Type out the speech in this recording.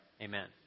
amen